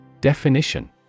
Definition